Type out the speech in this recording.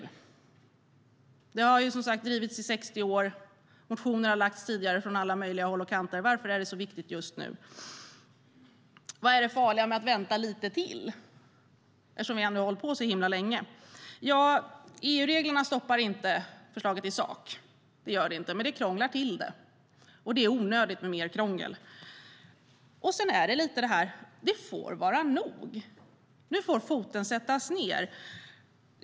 Frågan har ju drivits i 60 år, och motioner har väckts tidigare från alla möjliga håll. Varför är det så viktigt just nu? Vad är det farliga med att vänta lite till när vi ändå har hållit på så länge? EU-reglerna stoppar inte förslaget i sak. Det gör de inte. Men de krånglar till det, och det är onödigt med mer krångel. Det får vara nog. Nu får foten sättas ned.